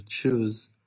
choose